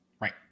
Right